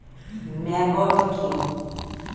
Maggot কি?